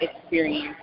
experience